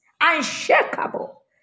unshakable